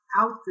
out